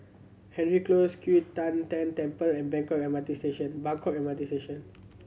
Hendry Close Q Tian Tan Temple and M R T Station Buangkok M R T Station